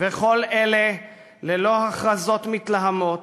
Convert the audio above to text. וכל אלה ללא הכרזות מתלהמות